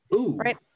Right